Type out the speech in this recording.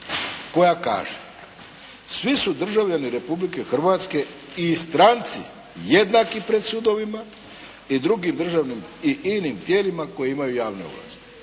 koja kaže: Svi su državljani Republike Hrvatske i stranci jednaki pred sudovima i inim tijelima koje imaju javne ovlasti.